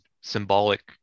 symbolic